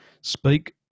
speak